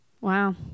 Wow